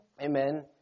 Amen